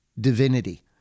divinity